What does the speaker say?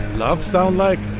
love sound like